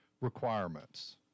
requirements